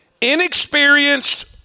Inexperienced